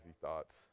thoughts